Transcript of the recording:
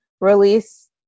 release